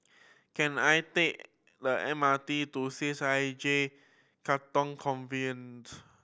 can I take the M R T to C H I J Katong Convent